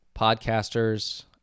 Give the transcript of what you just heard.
podcasters